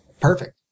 Perfect